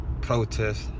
protest